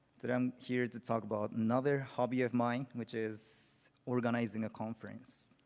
today i'm here to talk about another hobby of mine which is organizing a conference.